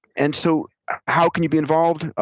and so how can you be involved?